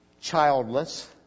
childless